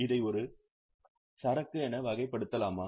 இதை ஒரு சரக்கு என வகைப்படுத்தலாமா